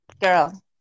Girl